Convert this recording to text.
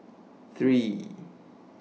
three